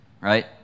right